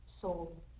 soul